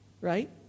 right